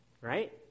right